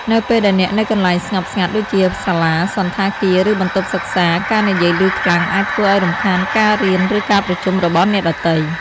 នៅពេលដែលអ្នកនៅកន្លែងស្ងប់ស្ងាត់ដូចជាសាលា សណ្ឋាគារ ឬ បន្ទប់សិក្សា ការនិយាយឮខ្លាំងអាចធ្វើឲ្យរំខានការរៀន ឬ ការប្រជុំរបស់អ្នកដទៃ។